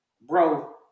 bro